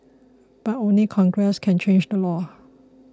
but only Congress can change the law